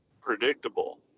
predictable